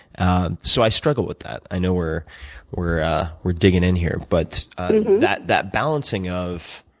and so i struggle with that. i know we're we're we're digging in here but that that balancing of